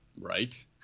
Right